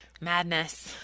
Madness